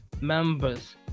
members